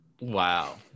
wow